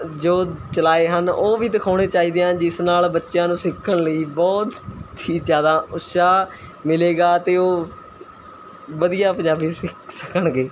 ਜੋ ਚਲਾਏ ਹਨ ਉਹ ਵੀ ਦਿਖਾਉਣੇ ਚਾਹੀਦੇ ਹਨ ਜਿਸ ਨਾਲ਼ ਬੱਚਿਆਂ ਨੂੰ ਸਿੱਖਣ ਲਈ ਬਹੁਤ ਹੀ ਜ਼ਿਆਦਾ ਉਤਸ਼ਾਹ ਮਿਲੇਗਾ ਅਤੇ ਉਹ ਵਧੀਆ ਪੰਜਾਬੀ ਸਿੱਖ ਸਕਣਗੇ